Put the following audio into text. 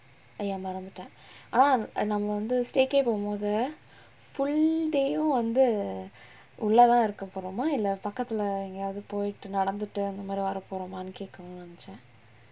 அய்ய மறந்துட்டேன் ஆனா நம்ம வந்து:ayya maranthuttaen aanaa namma vanthu stayca~ போம்மோது:pommothu full day வந்து உள்ளதா இருக்க போறமா இல்ல பக்கத்துல எங்கயாவது போய்ட்டு நடந்துட்டு அந்தமாரி வர போறமா கேக்கனு நெனச்சேன்:vanthu ullatha irukka poramaa illa pakkathula engayavathu poiyttu nadanthuttu anthamaari vara poramaa kaekkanu nenachaen